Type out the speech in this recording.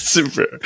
Super